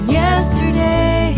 yesterday